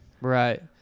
right